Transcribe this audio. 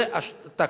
זו הטקטיקה.